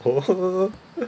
[ho] !huh!